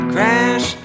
Crash